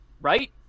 Right